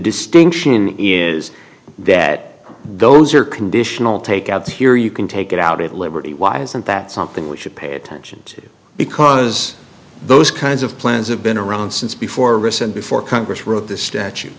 distinction is that those are conditional takeouts here you can take it out at liberty why isn't that something we should pay attention to because those kinds of plans have been around since before rescind before congress wrote the statute